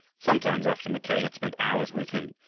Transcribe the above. sometimes after mackay had spent hours with him,